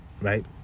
Right